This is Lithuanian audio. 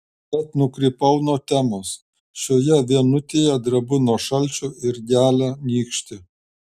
bet nukrypau nuo temos šioje vienutėje drebu nuo šalčio ir gelia nykštį